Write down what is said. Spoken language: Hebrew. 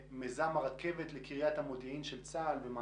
במיזם הרכבת לקריית המודיעין של צה"ל,